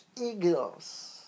eagles